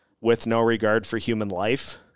with-no-regard-for-human-life